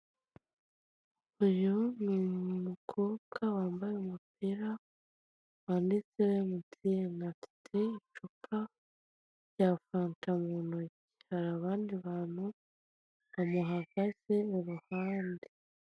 Umukobwa usa neza uhagaze wambaye ikote n'ishati y'umweru mu maso n'inzobe afite imisatsi mu ntoki afitemo akantu kameze nk'impano bamuhaye, mbere ye hariho amagambo yanditse m'ururimi rw'igifaransa.